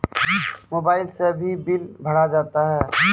Mobile से भी bill भरा जाता हैं?